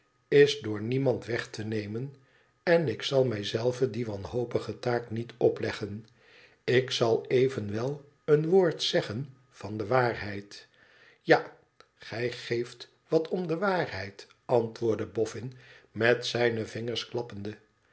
is door niemand weg te nemen en ik zal mij zelven die wanhopige taak niet opleggen ik zal evenwel een woord zeggen van de waarheid ja gij geeft wat om de waarheid antwoordde boffin met zijne vingers klappende